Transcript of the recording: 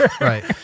right